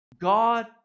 God